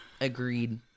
agreed